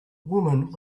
woman